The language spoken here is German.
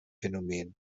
phänomen